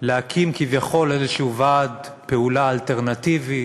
להקים כביכול איזשהו ועד פעולה אלטרנטיבי,